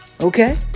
okay